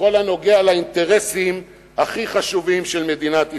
בכל הנוגע לאינטרסים הכי חשובים של מדינת ישראל.